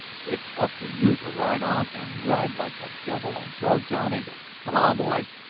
it's up to you to ride on and ride like the devil and tell john engle. come on, boys!